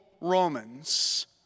Romans